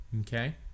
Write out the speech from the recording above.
okay